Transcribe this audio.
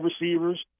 receivers